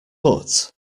but